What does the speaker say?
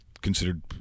considered